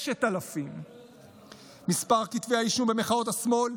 6,000. מספר כתבי האישום במחאות השמאל,